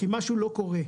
כי משהו לא קורה,